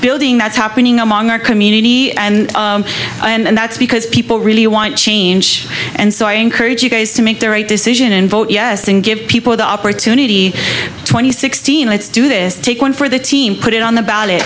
building that's happening among our community and i and that's because people really want change and so i encourage you guys to make the right decision and vote yes and give people the opportunity twenty sixteen let's do this take one for the team put it on